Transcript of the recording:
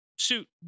suit